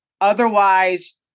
Otherwise